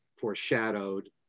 foreshadowed